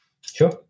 Sure